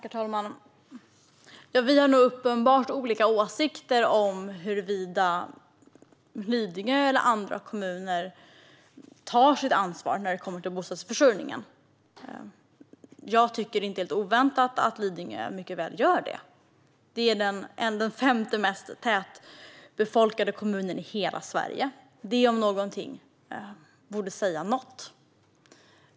Herr talman! Vi har uppenbarligen olika åsikter om huruvida Lidingö eller andra kommuner tar sitt ansvar i fråga om bostadsförsörjningen. Jag tycker, inte helt oväntat, att Lidingö mycket väl gör det. Det är den femte mest tätbefolkade kommunen i hela Sverige - detta om någonting borde säga något.